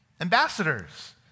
ambassadors